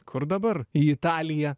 kur dabar į italiją